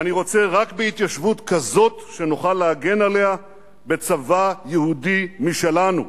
"אני רוצה רק בהתיישבות כזאת שנוכל להגן עליה בצבא יהודי משלנו".